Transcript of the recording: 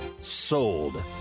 Sold